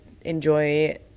enjoy